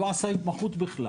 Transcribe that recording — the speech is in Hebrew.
לא עשה התמחות בכלל